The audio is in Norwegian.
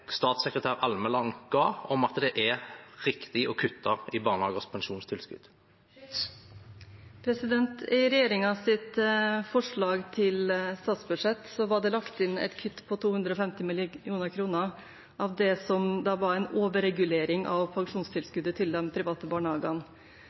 statssekretær Almeland, om at det er riktig å kutte i barnehagers pensjonstilskudd. I regjeringens forslag til statsbudsjett var det lagt inn et kutt på 250 mill. kr av det som da var en overregulering av